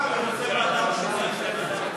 בוועדה המשותפת.